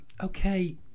okay